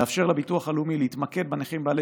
לאפשר לביטוח הלאומי להתמקד בנכים בעלי